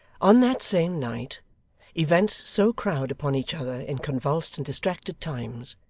on that same night events so crowd upon each other in convulsed and distracted times,